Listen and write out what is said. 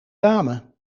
dame